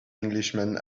englishman